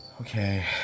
Okay